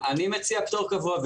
אני מציע פטור קבוע.